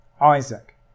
Isaac